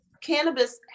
cannabis